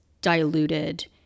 diluted